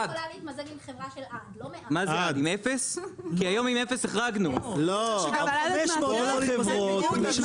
חבר'ה אי אפשר ככה, כל העניין הוא זה